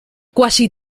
quasi